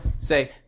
Say